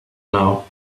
now